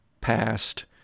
past